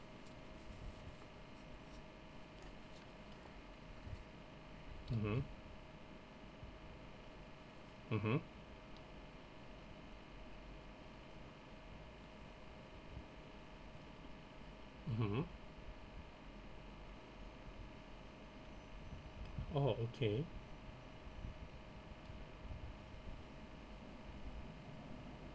mmhmm mmhmm mmhmm oh okay